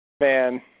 Man